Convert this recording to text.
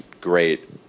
great